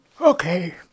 Okay